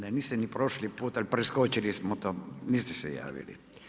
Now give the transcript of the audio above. Ne, niste ni prošli put ali preskočili smo to, niste se javili.